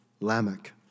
Lamech